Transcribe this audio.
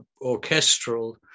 orchestral